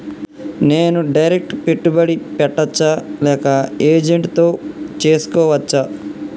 నేను డైరెక్ట్ పెట్టుబడి పెట్టచ్చా లేక ఏజెంట్ తో చేస్కోవచ్చా?